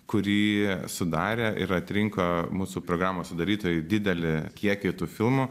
kurį sudarė ir atrinko mūsų programos sudarytojai didelį kiekį tų filmų